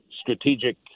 strategic